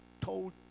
told